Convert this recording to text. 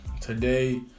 today